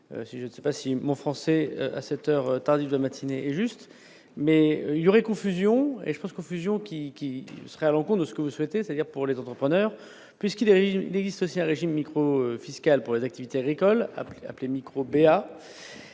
je ne sais pas si français à cette heure tardive de la matinée, juste, mais il y aurait confusion et je pense confusion qui qui serait à de ce que vous souhaitez, c'est-à-dire pour les entrepreneurs, puisqu'il a, il existe aussi un régime micro-fiscal pour les activités agricoles appelé micro-BA